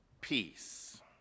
peace